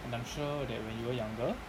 and I'm sure that when you were younger